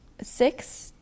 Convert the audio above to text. six